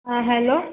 হ্যাঁ হ্যালো